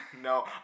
no